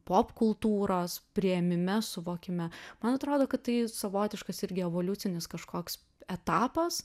popkultūros priėmime suvokime man atrodo kad tai savotiškas irgi evoliucinis kažkoks etapas